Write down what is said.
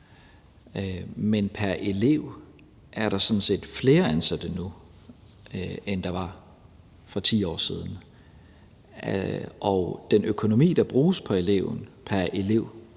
Men pr. elev er der sådan set flere ansatte nu, end der var for 10 år siden. Den økonomi, der bruges pr. elev, er også